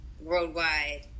worldwide